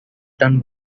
done